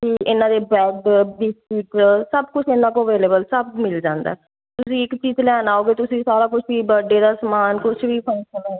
ਅਤੇ ਇਹਨਾਂ ਦੇ ਬਰੈੱਡ ਬਿਸਕਿਟ ਸਭ ਕੁਝ ਇਹਨਾਂ ਕੋਲ ਅਵੇਲੇਬਲ ਸਭ ਮਿਲ ਜਾਂਦਾ ਹਰੇਕ ਚੀਜ਼ ਲੈਣ ਆਓਗੇ ਤੁਸੀਂ ਸਾਰਾ ਕੁਛ ਹੀ ਬਰਥਡੇ ਦਾ ਸਮਾਨ ਕੁਝ ਵੀ